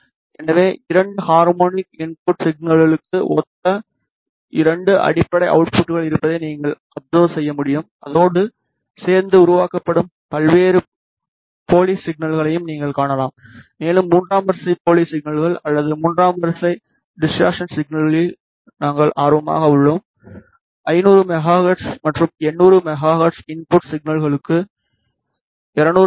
எனவே இரண்டு harmonic input சிக்னல்களுக்கு ஒத்த இரண்டு அடிப்படை அவுட்புட்கள் இருப்பதை நீங்கள் அப்சர்வ் செய்ய முடியும் அதோடு சேர்ந்து உருவாக்கப்படும் பல்வேறு போலி சிக்னல்களையும் நீங்கள் காணலாம் மேலும் மூன்றாம் வரிசை போலி சிக்னல்கள் அல்லது மூன்றாம் வரிசை டிசார்ட்சன் சிக்னல்களில் நாங்கள் ஆர்வமாக உள்ளோம் 500 மெகா ஹெர்ட்ஸ் மற்றும் 800 மெகா ஹெர்ட்ஸ் இன்புட் சிக்னல்களுக்கு 200 மெகா ஹெர்ட்ஸ் மற்றும் 1